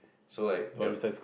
so like there